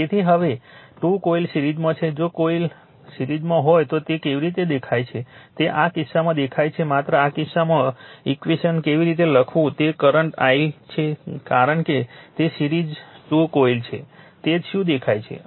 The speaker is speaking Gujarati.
તેથી હવે 2 કોઇલ સિરીઝમાં છે જો 2 કોઇલ સિરીઝમાં હોય તો તે કેવી રીતે દેખાય છે તે આ કિસ્સામાં દેખાય છે માત્ર આ કિસ્સામાં ઈક્વેશન કેવી રીતે લખવું તે કરંટ I છે કારણ કે તે સિરીઝ 2 કોઇલ છે તે શું દેખાય છે